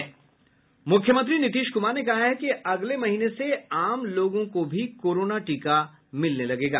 े मुख्यमंत्री नीतीश कुमार ने कहा है कि अगले महीने से आम लोगों को भी कोरोना टीका मिलने लगेगा